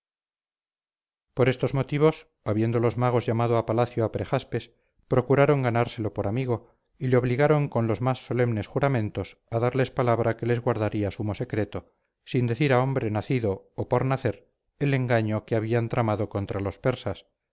por estos motivos habiendo los magos llamado a palacio a prejaspes procuraron ganárselo por amigo y le obligaron con los más solemnes juramentos a darles palabra que les guardaría sumo secreto sin decir a hombre nacido ó por nacer el engaño que hablan tramado contra los persas